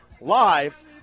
Live